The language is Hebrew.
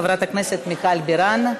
חברת הכנסת מיכל בירן.